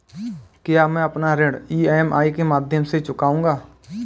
क्या मैं अपना ऋण ई.एम.आई के माध्यम से चुकाऊंगा?